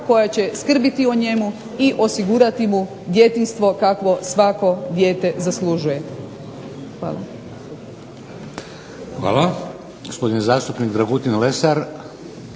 koja će skrbiti o njemu i osigurati mu djetinjstvo kakvo svako dijete zaslužuje. Hvala.